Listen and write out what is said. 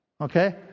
okay